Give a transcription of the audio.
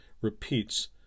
repeats